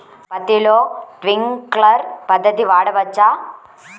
పత్తిలో ట్వింక్లర్ పద్ధతి వాడవచ్చా?